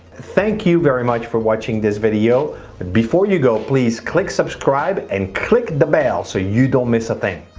thank you very much for watching this video before you go, please click subscribe and click the bell, so you don't miss a thing